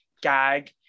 gag